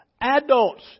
adults